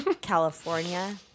California